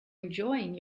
enjoying